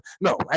No